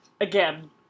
again